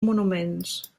monuments